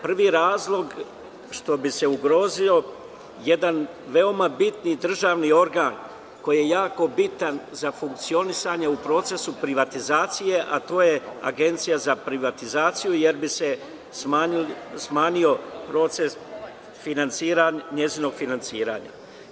Prvi razlog je što bi se ugrozio jedan veoma bitan državni organ, koji je jako bitan za funkcionisanje u procesu privatizacije, a to je Agencija za privatizaciju, jer bi se smanjio proces njenog finansiranja.